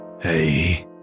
Hey